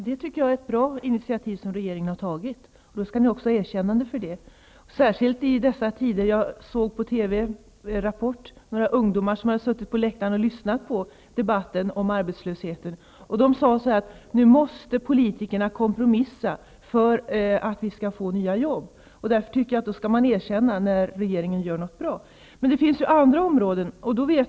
Herr talman! Jag tycker att regeringen har tagit ett bra initiativ, och då skall ni också ha erkännande för det, särskilt i dessa tider. Jag såg på Rapport i TV där några ungdomar som hade suttit på läktaren och lyssnat på debatten om arbetslösheten sade att politikerna nu måste kompromissa för att det skall bli nya jobb. Därför tycker jag att man skall erkänna när regeringen gör något bra. Men det finns andra områden.